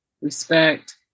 respect